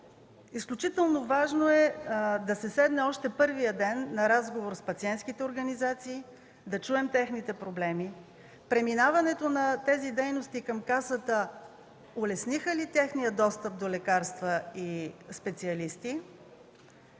Изключително важно е да се седне още първия ден на разговор с пациентските организации, да чуем техните проблеми – преминаването на тези дейности към Касата улесниха ли техния достъп до лекарства и специалисти